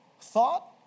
Thought